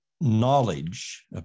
knowledge